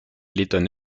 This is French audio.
lettone